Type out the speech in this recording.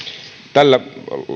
tällä